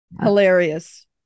Hilarious